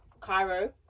Cairo